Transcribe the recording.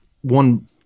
one